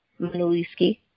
Manuliski